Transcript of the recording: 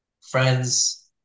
friends